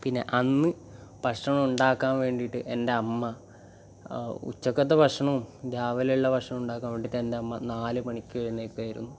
പിന്നെ അന്ന് ഭക്ഷണം ഉണ്ടാക്കാൻ വേണ്ടിയിട്ട് എൻ്റെ അമ്മ ഉച്ചക്കത്തെ ഭക്ഷണവും രാവിലെ ഉള്ള ഭക്ഷണവും ഉണ്ടാക്കാൻ വേണ്ടിയിട്ട് എൻ്റെ അമ്മ നാല് മണിക്ക് എഴുന്നേൽക്കുവായിരുന്നു